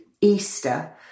Easter